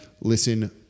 listen